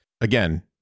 Again